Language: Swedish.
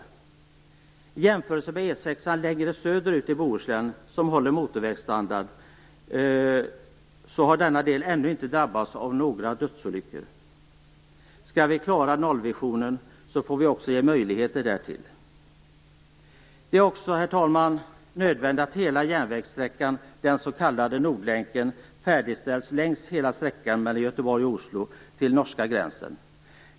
Om man jämför med E 6 längre söderut i Bohuslän, finner man att den delen ännu inte drabbats av några dödsolyckor. Skall vi klara nollvisionen måste vi också ge möjligheter därtill. Det är också nödvändigt att den s.k. Nordlänken färdigställs längs hela sträckan mellan Göteborg och Oslo, till norska gränsen.